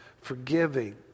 forgiving